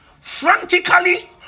frantically